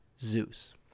Zeus